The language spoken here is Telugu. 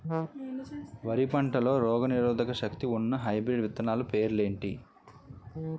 వరి పంటలో రోగనిరోదక శక్తి ఉన్న హైబ్రిడ్ విత్తనాలు పేర్లు ఏంటి?